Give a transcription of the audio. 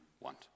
want